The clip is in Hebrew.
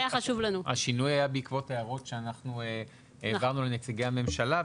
השינוי היה בעקבות הערות שאנחנו העברנו לנציגי הממשלה,